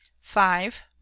five